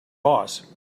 boss